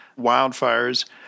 wildfires